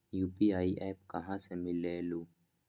UPI app कहा से मिलेलु?